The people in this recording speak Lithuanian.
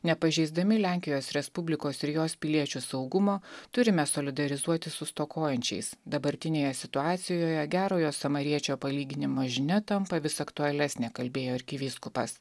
nepažeisdami lenkijos respublikos ir jos piliečių saugumo turime solidarizuotis su stokojančiais dabartinėje situacijoje gerojo samariečio palyginimo žinia tampa vis aktualesnė kalbėjo arkivyskupas